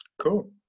Cool